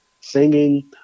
singing